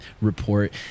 report